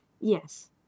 Yes